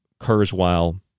Kurzweil